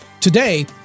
today